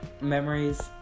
Memories